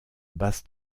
basse